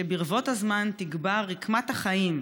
שברבות הזמן תגבר רקמת החיים,